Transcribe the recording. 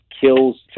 kills